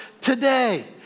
today